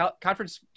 conference